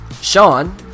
Sean